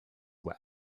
were